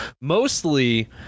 mostly